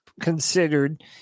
considered